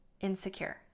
insecure